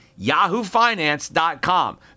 yahoofinance.com